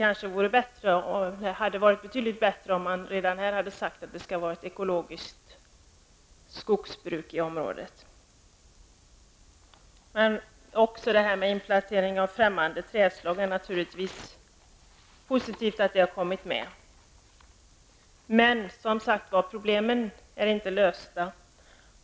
Det hade varit betydligt bättre om man hade sagt att det skulle vara ekologiskt skogsbruk i området. Det är naturligtvis positivt att förbud mot användningen av främmande träslag har kommit med. Problemen är, som sagt, inte lösta.